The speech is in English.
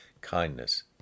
kindness